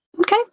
Okay